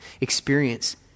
experience